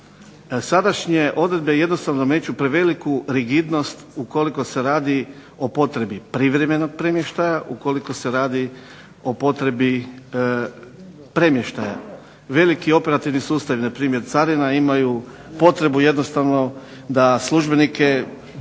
Sadašnje odredbe jednostavno nameću preveliku rigidnost ukoliko se radi o potrebi privremenog premještaja, ukoliko se radi o potrebi premještaja. Veliki operativni sustavi, na primjer carina imaju potrebu jednostavno da službenike